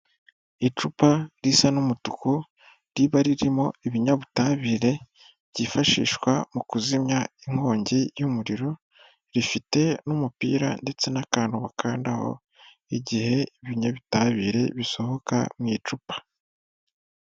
Icupa risa n'umutuku, riba ririmo ibinyabutabire byifashishwa mu kuzimya inkongi y'umuriro, rifite n'umupira ndetse n'akantu bakandaho, igihe ibinyabutabire bisohoka mu icupa.